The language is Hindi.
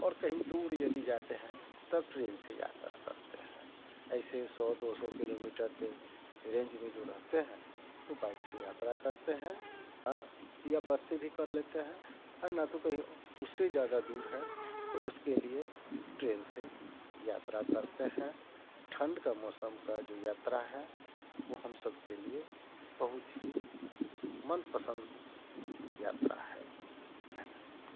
और कहीं दूर यदि जाते हैं तब ट्रेन से यात्रा करते हैं ऐसे सौ दो सौ किलोमीटर के रेंज में जो रहते हैं तो बाइक से यात्रा करते हैं हँ या बस से भी कर लेते हैं आ न तो कहीं उससे ज़्यादा दूर है तो उसके लिए ट्रेन से यात्रा करते हैं ठंड का मौसम का जो यात्रा है वो हम सबके लिए बहुत ही मनपसंद यात्रा है धन्यवाद